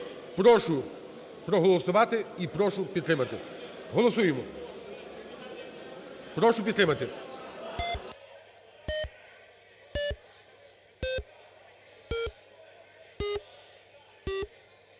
Прошу проголосувати і прошу підтримати. Голосуємо. Прошу підтримати.